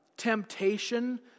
Temptation